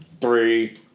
Three